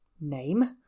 Name